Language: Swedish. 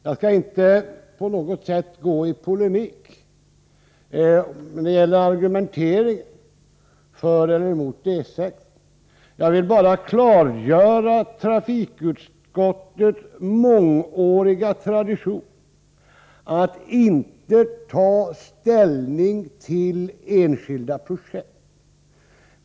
Jag skall inte på något sätt gå i polemik när det gäller argumenteringen för eller emot E 6. Jag vill bara klarlägga trafikutskottets mångåriga tradition att inte ta ställning till enskilda projekt.